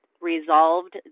resolved